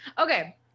okay